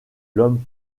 l’homme